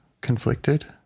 conflicted